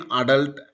adult